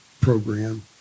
program